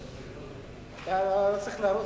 לא צריך לרוץ.